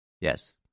Yes